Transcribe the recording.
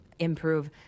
improve